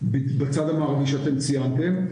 בצד המערבי שאתם ציינתם,